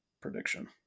prediction